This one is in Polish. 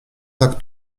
tak